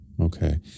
Okay